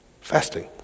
fasting